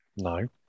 No